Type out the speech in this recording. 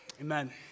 Amen